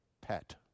pet